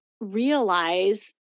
realize